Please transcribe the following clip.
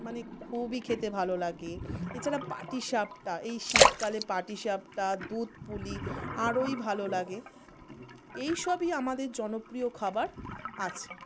মানে খুবই খেতে ভালো লাগে এ ছাড়া পাটিসাপ্টা এই শীতকালে পাটিসাপ্টা দুধপুলি আরোই ভালো লাগে এই সবই আমাদের জনপ্রিয় খাবার আছে